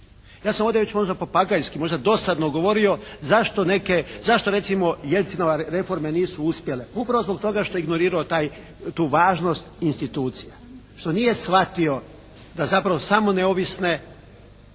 Ja sam ovdje već možda papagajski, možda dosadno govorio zašto neke, zašto recimo Jelcinjove reforme nisu uspjele. Upravo zbog toga što je ignorirao tu važnost institucija što nije shvatio da zapravo samo neovisne